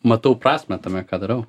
matau prasmę tame ką darau